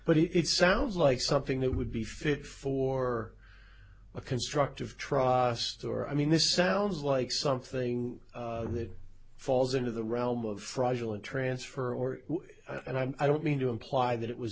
but it sounds like something that would be fit for a constructive trust or i mean this sounds like something that falls into the realm of fraudulent transfer or and i don't mean to imply that it was